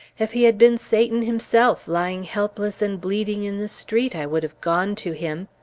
if he had been satan himself lying helpless and bleeding in the street, i would have gone to him!